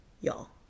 Y'all